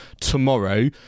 tomorrow